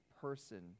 person